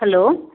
hello